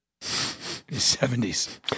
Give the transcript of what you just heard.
70s